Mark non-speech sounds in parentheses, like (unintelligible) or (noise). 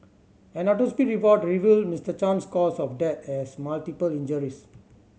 an (unintelligible) report revealed Mister Chan's cause of death as multiple injuries